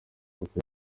koko